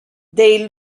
they